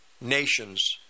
nations